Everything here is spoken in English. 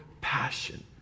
passion